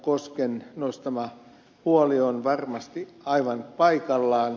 kosken nostama huoli on varmasti aivan paikallaan